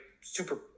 super